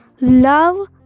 love